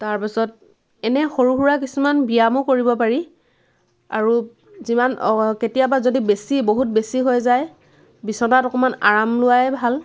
তাৰ পাছত এনেই সৰু সুৰা কিছুমান ব্যায়ামো কৰিব পাৰি আৰু যিমান কেতিয়াবা যদি বেছি বহুত বেছি হৈ যায় বিছনাত অকণমান আৰাম লোৱাই ভাল